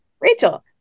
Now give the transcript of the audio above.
Rachel